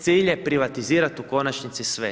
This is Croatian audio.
Cilj je privatizirati u konačnici sve.